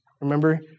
Remember